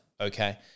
okay